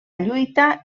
lluita